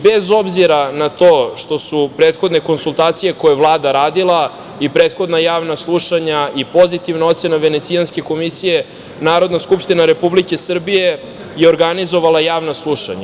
Bez obzira na to što su prethodne konsultacije koje je Vlada radila i prethodna javna slušanja i pozitivna ocena Venecijanske komisije, Narodna skupština Republike Srbije je organizovala javno slušanje.